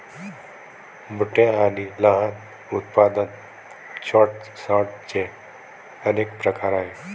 मोठ्या आणि लहान उत्पादन सॉर्टर्सचे अनेक प्रकार आहेत